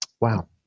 Wow